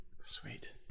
Sweet